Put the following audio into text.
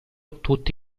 tutti